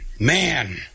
Man